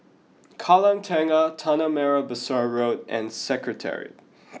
Kallang Tengah Tanah Merah Besar Road and Secretariat